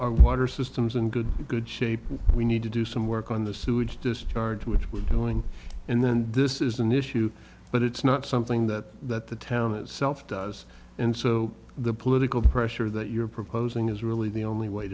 our water systems and good good shape we need to do some work on the sewage discharge which we're doing and then this is an issue but it's not something that that the town itself does and so the political pressure that you're proposing is really the only wa